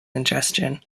ingestion